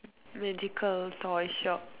magical toy shop